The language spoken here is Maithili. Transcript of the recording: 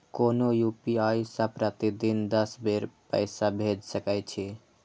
कोनो यू.पी.आई सं प्रतिदिन दस बेर पैसा भेज सकै छी